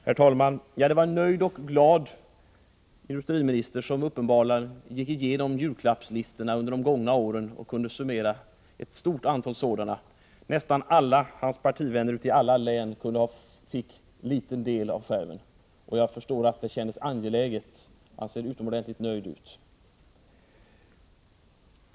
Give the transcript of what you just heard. Herr talman! Det var en nöjd och glad industriminister som gick igenom julklappslistorna under de gångna åren. Och han kunde summera ett stort antal julklappar. Nästan alla hans partivänner i alla län fick en liten del av skärven. Jag förstår att det kändes angeläget, och industriministern ser utomordentligt nöjd ut.